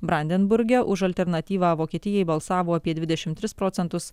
brandenburge už alternatyvą vokietijai balsavo apie dvidešimt tris procentus